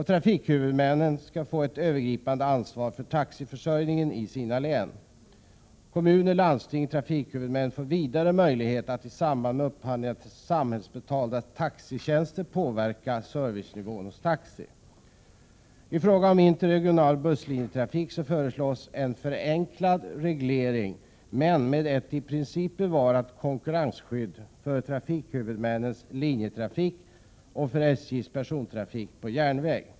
Trafikhuvudmännen får ett övergripande ansvar för taxiförsörjningen i sina län. Kommuner, landsting och trafikhuvudmän får vidare möjlighet att i samband med upphandling av samhällsbetalda taxitjänster påverka servicenivån hos taxi. I fråga om interregional busslinjetrafik föreslås en förenklad reglering men med ett i princip bevarat konkurrensskydd för trafikhuvudmännens linjetrafik och för SJ:s persontrafik på järnväg.